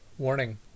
Warning